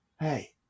Hey